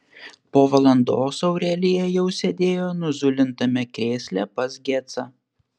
po valandos aurelija jau sėdėjo nuzulintame krėsle pas gecą